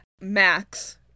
Max